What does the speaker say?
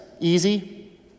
Easy